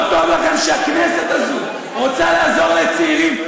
לא טוב לכם שהכנסת הזאת רוצה לעזור לצעירים?